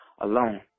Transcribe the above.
alone